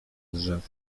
drzew